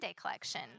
collection